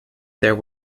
there